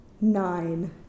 nine